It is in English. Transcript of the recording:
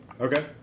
Okay